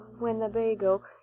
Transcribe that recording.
winnebago